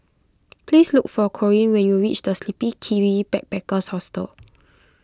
please look for Corean when you reach the Sleepy Kiwi Backpackers Hostel